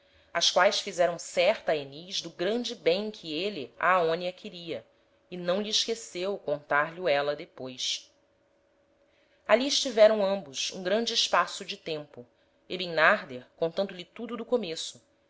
as quaes fizeram certa a enis do grande bem que êle a aonia queria e não lhe esqueceu contar lho éla depois ali estiveram ambos um grande espaço de tempo e bimnarder contando-lhe tudo do começo